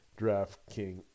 DraftKings